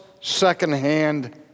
secondhand